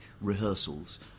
rehearsals